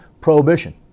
Prohibition